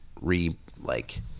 re-like